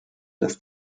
dass